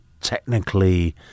technically